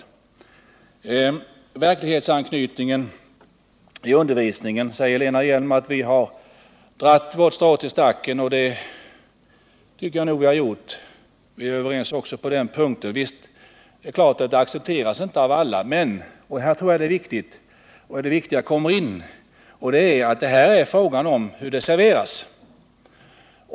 När det gäller verklighetsanknytningen i undervisningen säger Lena Hjelm-Wallén att centern har dragit sitt strå till stacken. Ja, det tycker jag nog att vi har gjort. Vi är överens också på den punkten. Det är klart att detta med verklighetsanknytningen inte accepteras av alla. Men jag tror att det är mycket viktigt hur detta serveras.